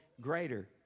greater